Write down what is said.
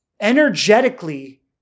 energetically